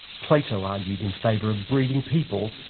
plato argued in favour of breeding people,